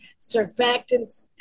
surfactants